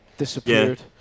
disappeared